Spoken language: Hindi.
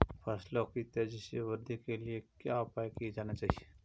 फसलों की तेज़ी से वृद्धि के लिए क्या उपाय किए जाने चाहिए?